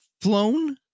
flown